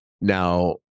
Now